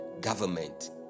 government